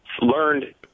learned